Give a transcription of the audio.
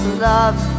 love